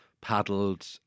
paddled